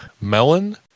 melon